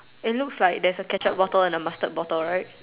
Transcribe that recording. it looks like there's a ketchup bottle and a mustard bottle right